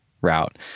route